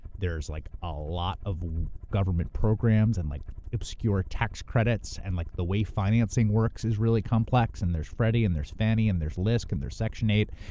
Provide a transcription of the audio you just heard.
there's like a lot of government programs and like obscure tax credits, and like the way financing works is really complex, and there's freddie, and there's fanny, and there's lisc, and there's section eight,